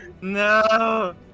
No